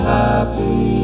happy